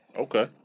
Okay